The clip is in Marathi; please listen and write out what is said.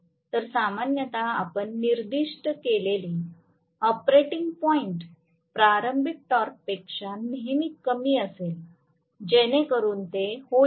तर सामान्यत आपण निर्दिष्ट केलेले ऑपरेटिंग पॉईंट प्रारंभिक टॉर्कपेक्षा नेहमीच कमी असेल जेणेकरुन ते होईल